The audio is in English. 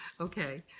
Okay